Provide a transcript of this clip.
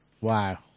wow